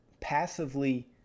passively